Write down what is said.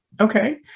okay